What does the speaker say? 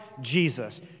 Jesus